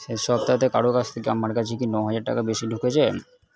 শেষ সপ্তাহতে কারুর কাছ থেকে আমার কাছে কি ন হাজার টাকা বেশি ঢুকেছে